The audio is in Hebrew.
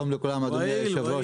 עזבו אותי מזה.